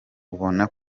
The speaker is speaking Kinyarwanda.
ubona